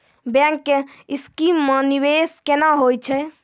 Bank के scheme मे निवेश केना होय छै?